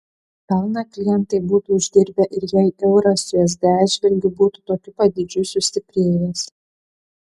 pelną klientai būtų uždirbę ir jei euras usd atžvilgiu būtų tokiu pat dydžiu sustiprėjęs